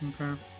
Okay